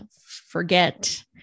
forget